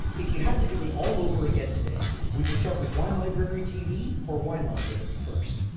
if you had to do it all over again today, would you start with winelibrarytv, or winelibrary first?